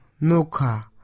nuka